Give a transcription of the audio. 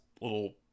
little